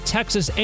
Texas